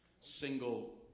single